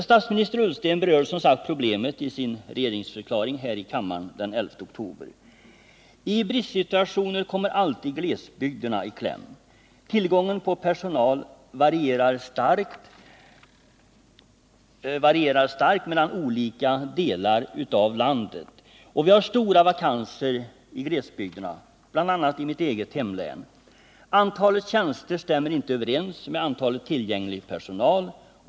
Statsminister Ullsten berörde som sagt problemet i sin regeringsförklaring här i kammaren den 11 oktober. I bristsituationer kommer alltid glesbygderna i kläm. Tillgången på personal varierar starkt i olika delar av landet. Vi har stora vakanser i glesbygderna, bl.a. i mitt eget hemlän. Antalet tjänster stämmer inte överens med tillgången på personal.